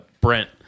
Brent